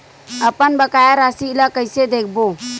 अपन बकाया राशि ला कइसे देखबो?